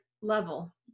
level